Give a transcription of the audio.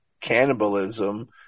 cannibalism